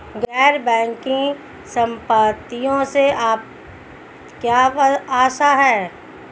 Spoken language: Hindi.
गैर बैंकिंग संपत्तियों से क्या आशय है?